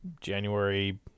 January